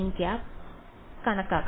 nˆ കണക്കാക്കണം